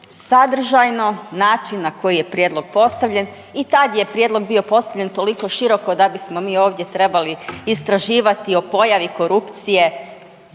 sadržajno, način na koji je prijedlog postavljen i tad je prijedlog bio postavljen toliko široko da bismo mi ovdje trebali istraživati o pojavi korupcije,